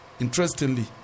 Interestingly